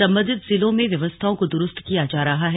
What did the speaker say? संबंधित जिलों में व्यवस्थाओं को द्रुस्त किया जा रहा है